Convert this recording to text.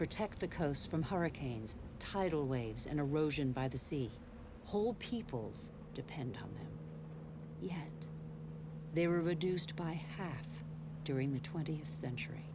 protect the coasts from hurricanes tidal waves and erosion by the sea hold peoples depend on yet they were reduced by half during the twentieth century